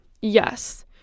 Yes